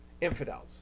infidels